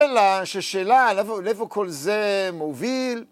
‫אלא ששאלה לאיפה כל זה מוביל.